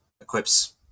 equips